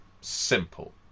simple